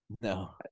No